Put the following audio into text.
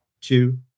two